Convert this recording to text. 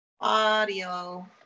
audio